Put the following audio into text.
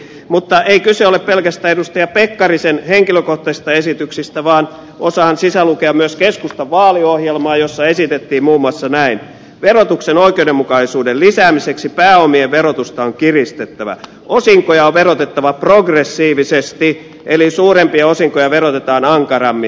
mutta ei kyse ole pelkästään edustaja pekkarisen henkilökohtaisista esityksistä vaan osaan sisälukea myös keskustan vaaliohjelmaa jossa esitettiin muun muassa että verotuksen oikeudenmukaisuuden lisäämiseksi pääomien verotusta on kiristettävä osinkoja on verotettava progressiivisesti eli suurempia osinkoja verotetaan ankarammin